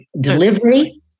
delivery